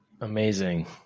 Amazing